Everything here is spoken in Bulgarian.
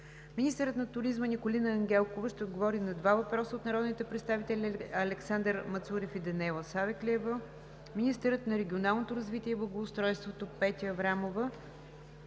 Министърът на туризма Николина Ангелкова ще отговори на два въпроса от народните представители Александър Мацурев; и Даниела Савеклиева. 4. Министърът на регионалното развитие и благоустройство Петя Аврамова